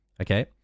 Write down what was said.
Okay